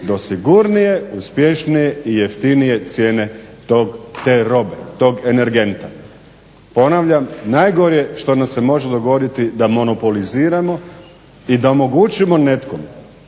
do sigurnije, uspješnije i jeftinije cijene te robe tog energenta. Ponavljam, najgore što nam se može dogoditi da monopoliziramo i da omogućimo nekomu